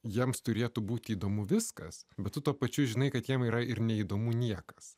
jiems turėtų būti įdomu viskas būtų tuo pačiu žinai kad jiems yra ir neįdomu niekas